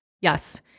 Yes